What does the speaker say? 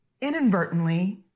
inadvertently